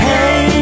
Hey